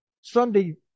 sunday